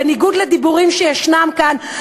בניגוד לדיבורים שישנם כאן,